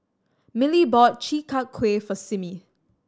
Millie bought Chi Kak Kuih for Simmie